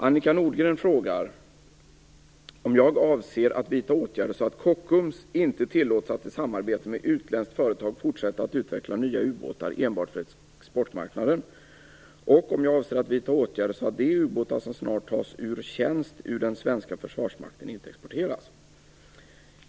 Annika Nordgren frågar om jag avser att vidta åtgärder så att Kockums inte tillåts att i samarbete med utländskt företag fortsätta att utveckla nya ubåtar enbart för exportmarknaden och om jag avser att vidta åtgärder så att de ubåtar som snart tas ur tjänst ur den svenska försvarsmakten inte exporteras.